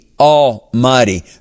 almighty